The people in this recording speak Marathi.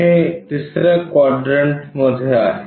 हे तिसऱ्या क्वाड्रंटमध्ये आहे